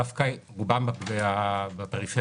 דווקא רובם בפריפריה,